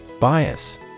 Bias